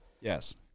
Yes